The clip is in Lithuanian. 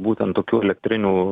būtent tokių elektrinių